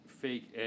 fake